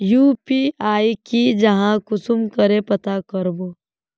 UPI की जाहा कुंसम करे पता करबो?